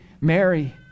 Mary